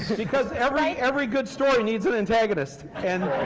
because every every good story needs an antagonist. and